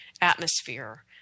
atmosphere